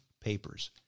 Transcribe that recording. papers